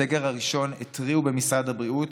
בסגר הראשון התריעו במשרד הבריאות